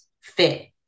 fit